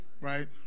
right